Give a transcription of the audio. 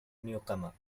newcomer